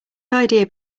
idea